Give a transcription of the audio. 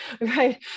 right